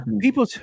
people